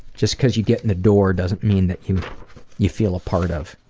just cause you get in the door doesn't mean that you you feel a part of.